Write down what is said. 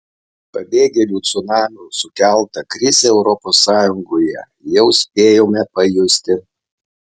pabėgėlių cunamio sukeltą krizę europos sąjungoje jau spėjome pajusti